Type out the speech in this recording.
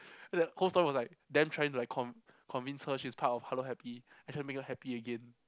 the whole story was like them trying to con~ convince her she's part of Hello Happy and make her happy again